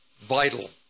vital